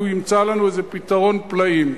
הוא ימצא לנו איזה פתרון פלאים.